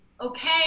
okay